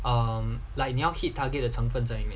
um like 你要 hit target 的成分在里面